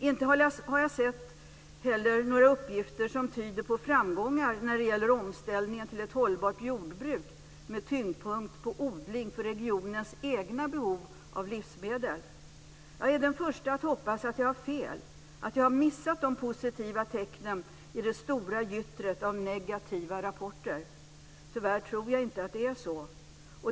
Inte heller har jag sett några uppgifter som tyder på framgångar när det gäller omställningen till ett hållbart jordbruk med tyngdpunkt på odling för regionens egna behov av livsmedel. Jag är den första att hoppas att jag har fel, att jag har missat de positiva tecknen i det stora gyttret av negativa rapporter. Tyvärr tror jag inte att det är så.